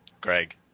Greg